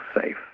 safe